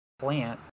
plant